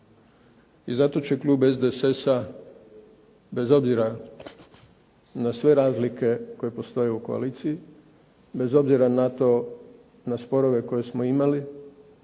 I zato će klub SDSS-a, bez obzira na sve razlike koje postoje u koaliciji, bez obzira na sporove koje smo imali,